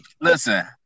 listen